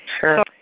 Sure